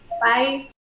Bye